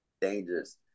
Dangerous